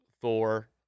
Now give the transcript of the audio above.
Thor